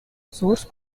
source